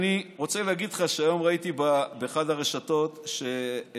אני רוצה להגיד לך שהיום ראיתי באחת הרשתות שראש